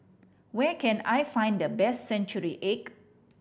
where can I find the best century egg